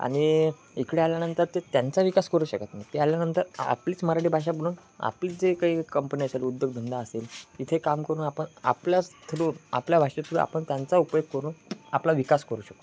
आणि इकडे आल्यानंतर ते त्यांचा विकास करू शकत नाही ते आल्यानंतर आपलीच मराठी भाषा बनवून आपलीच जे काही कंपनी असेल उद्योगधंदा असेल तिथे काम करून आपण आपल्याच थ्रू आपल्या भाषे थ्रू आपण त्यांचा उपयोग करून आपला विकास करू शकतो